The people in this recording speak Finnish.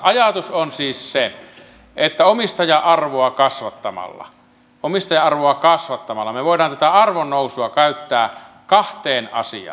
ajatus on siis se että omistaja arvoa kasvattamalla me voimme tätä arvonnousua käyttää kahteen asiaan